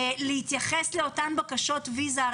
להתייחס לאותן בקשות ויזה.